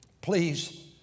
Please